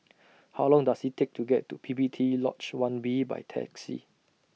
How Long Does IT Take to get to P P T Lodge one B By Taxi